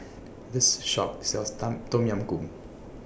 This Shop sells Tom Tom Yam Goong